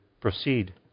proceed